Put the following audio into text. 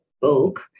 book